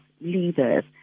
leaders